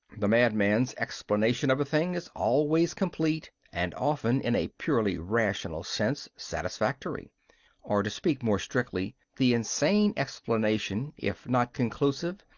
the madman's explanation of a thing is always complete, and often in a purely rational sense satisfactory or, to speak more strictly, the insane explanation, if not conclusive,